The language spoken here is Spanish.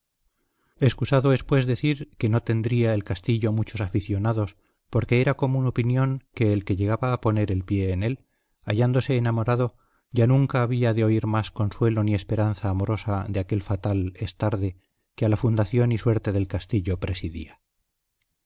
encuentra excusado es pues decir que no tendría el castillo muchos aficionados porque era común opinión que el que llegaba a poner el pie en él hallándose enamorado ya nunca había de oír más consuelo ni esperanza amorosa que aquel fatal es tarde que a la fundación y suerte del castillo presidía